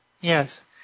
Yes